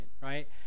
right